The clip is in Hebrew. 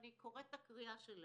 אני קוראת את הקריאה שלהם.